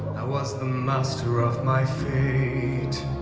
i was the master of my fate